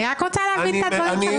אני רק רוצה להבין את הדברים שלך.